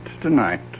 tonight